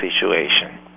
situation